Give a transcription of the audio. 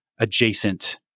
adjacent